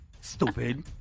Stupid